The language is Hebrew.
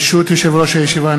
ברשות יושב-ראש הישיבה,